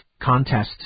contests